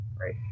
right